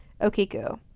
okiku